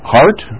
heart